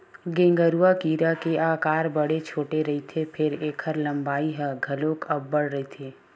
गेंगरूआ कीरा के अकार बड़े छोटे रहिथे फेर ऐखर लंबाई ह घलोक अब्बड़ रहिथे